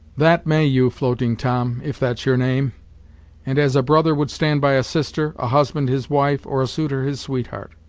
that may you, floating tom, if that's your name and as a brother would stand by a sister, a husband his wife, or a suitor his sweetheart.